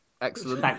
Excellent